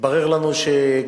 התברר לנו שגופים